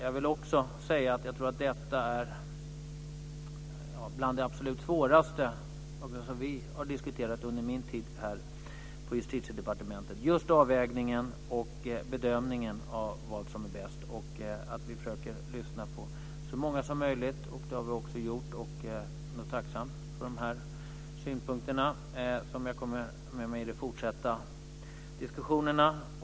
Jag vill också säga att jag tror att detta är bland det absolut svåraste som vi har diskuterat under min tid här på Justitiedepartementet. Det gäller just avvägningen och bedömningen av vad som är bäst. Vi försöker lyssna på så många som möjligt. Det har vi också gjort. Jag är tacksam för de här synpunkterna, som jag kommer att ha med mig i de fortsatta diskussionerna.